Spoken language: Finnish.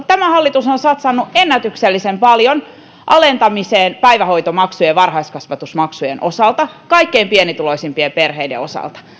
tämä hallitus on satsannut ennätyksellisen paljon alentamiseen päivähoitomaksujen ja varhaiskasvatusmaksujen osalta kaikkein pienituloisimpien perheiden osalta